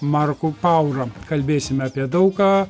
marku paura kalbėsime apie daug ką